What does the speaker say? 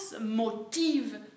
motive